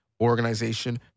organization